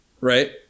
right